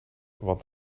want